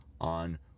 on